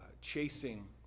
chasing